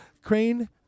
Crane